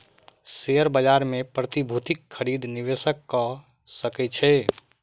share बाजार मे प्रतिभूतिक खरीद निवेशक कअ सकै छै